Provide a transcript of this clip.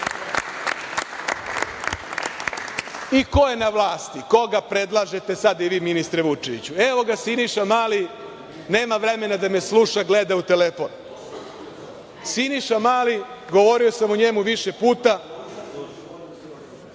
I ko je na vlasti? I koga predlažete sad i vi, ministre Vučeviću? Evo ga Siniša Mali, nema vremena da me sluša, gleda u telefon. Siniša Mali, govorio sam o njemu više puta,